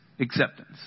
acceptance